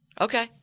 Okay